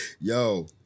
yo